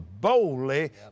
boldly